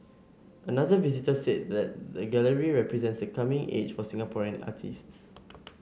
another visitor said that the gallery represents a coming age for Singaporean artists